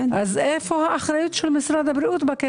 איפה האחריות של משרד הבריאות בקטע הזה?